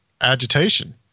agitation